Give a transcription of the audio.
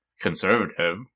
conservative